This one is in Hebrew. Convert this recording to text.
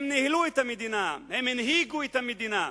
הם ניהלו את המדינה, הם הנהיגו את המדינה,